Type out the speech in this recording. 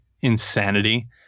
insanity